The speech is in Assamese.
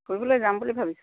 ফুৰিবলৈ যাম বুলি ভাবিছোঁ